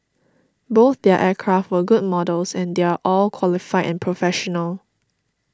both their aircraft were good models and they're all qualified and professional